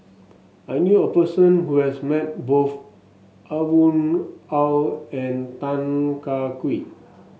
I knew a person who has met both Aw Boon Haw and Tan Kah Kee